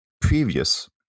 previous